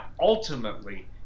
ultimately